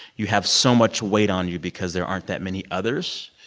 you have so much weight on you because there aren't that many others.